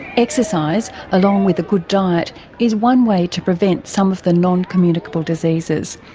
exercise along with a good diet is one way to prevent some of the non-communicable diseases.